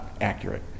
accurate